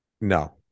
No